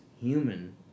human